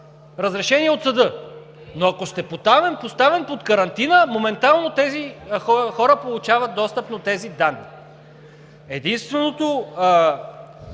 разрешение от съда! Но ако сте поставен под карантина, моментално тези хора получават достъп до тези данни! Единственото,